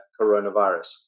coronavirus